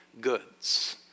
goods